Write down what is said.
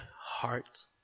heart